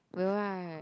will right